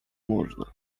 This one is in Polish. można